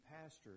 pastors